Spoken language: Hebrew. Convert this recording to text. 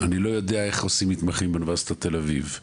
אני לא יודע איך עושים מתמחים באוניברסיטת תל-אביב,